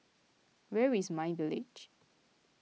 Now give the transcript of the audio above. where is My Village